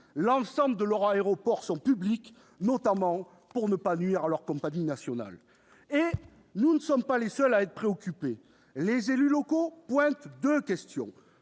l'ensemble de leurs aéroports sont publics, notamment pour ne pas nuire à leur compagnie nationale. Nous ne sommes pas les seuls à être préoccupés. Les élus locaux, de leur côté, pointent deux questions.